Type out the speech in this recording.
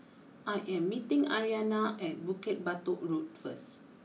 I am meeting Ariana at Bukit Batok Road first